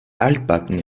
altbacken